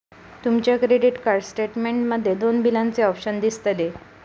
तुमच्या credit card statement मध्ये दोन बिलाचे ऑप्शन दिसतले